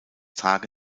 tage